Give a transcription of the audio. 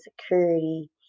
security